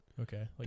Okay